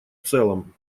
целом